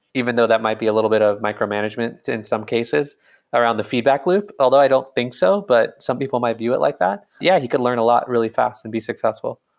even though that might be a little bit of micromanagement in some cases around the feedback loop, although i don't think so, but some people might view it like that. yeah, he could learn a lot really fast and be successful.